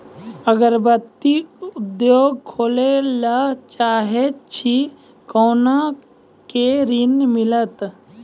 अगरबत्ती उद्योग खोले ला चाहे छी कोना के ऋण मिलत?